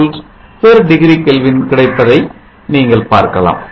1 mV degree Kelvin கிடைப்பதை நீங்கள் பார்க்கலாம்